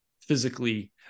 physically